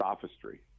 sophistry